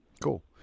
Cool